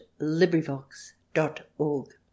librivox.org